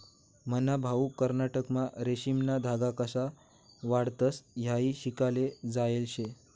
मन्हा भाऊ कर्नाटकमा रेशीमना धागा कशा काढतंस हायी शिकाले जायेल शे